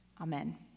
Amen